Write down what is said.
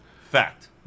Fact